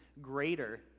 greater